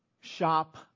shop